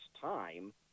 time